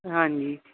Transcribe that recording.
ਹਾਂਜੀ